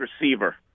receiver